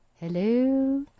Hello